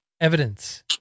evidence